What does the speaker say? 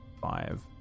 Five